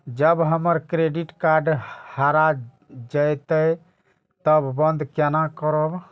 जब हमर credit card हरा जयते तब बंद केना करब?